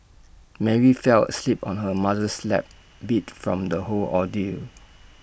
Mary fell asleep on her mother's lap beat from the whole ordeal